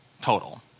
total